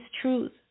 truth